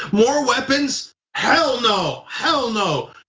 more weapons. hell no, hell no,